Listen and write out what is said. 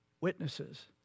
witnesses